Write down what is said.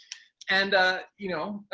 and you know,